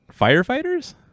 firefighters